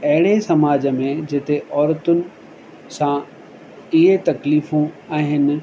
त अहिड़े समाज में जिते औरतूं सां इहे तक़लीफ़ूं आहिनि